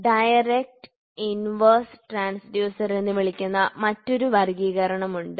direct inverse transducer എന്ന് വിളിക്കുന്ന മറ്റൊരു വർഗ്ഗീകരണം ഉണ്ട്